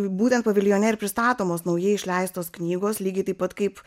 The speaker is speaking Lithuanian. būtent paviljone ir pristatomos naujai išleistos knygos lygiai taip pat kaip